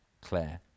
Claire